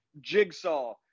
jigsaw